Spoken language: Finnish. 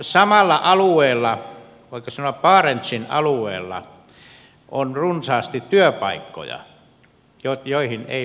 samalla alueella voiko sanoa barentsin alueella on runsaasti työpaikkoja joihin ei löydy tekijöitä